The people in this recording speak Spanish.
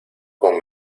con